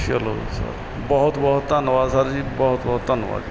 ਚਲੋ ਸਰ ਬਹੁਤ ਬਹੁਤ ਧੰਨਵਾਦ ਸਰ ਜੀ ਬਹੁਤ ਬਹੁਤ ਧੰਨਵਾਦ